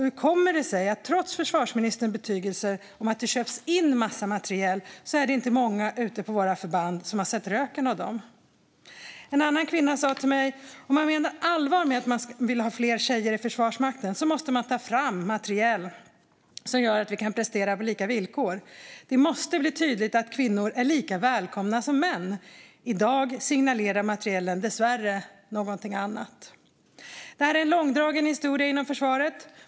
Och hur kommer det sig, trots försvarsministerns betygelser om att det köps in en massa materiel, att det inte är många ute på våra förband som har sett röken av den? En annan kvinna sa till mig: "Om man menar allvar med att man vill ha fler tjejer i Försvarsmakten så måste man ta fram materiel som gör att vi kan prestera på lika villkor. Det måste bli tydligt att kvinnor är lika välkomna som män. I dag signalerar materielen dessvärre någonting annat." Detta är en långdragen historia inom försvaret.